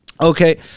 Okay